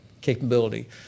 capability